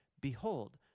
Behold